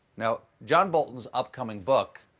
you know john bolton's upcoming book